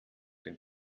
den